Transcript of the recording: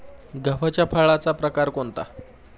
गव्हाच्या फळाचा प्रकार कोणता?